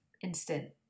instant